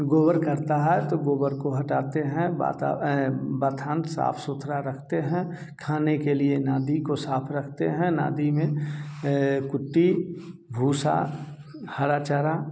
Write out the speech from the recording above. गोबर करता है तो गोबर को हटाते हैं बाता बथान साफ़ सुथरा रखते हैं खाने के लिए नाँदी को साफ रखते हैं नाँदी में कुट्टी भूसा हरा चारा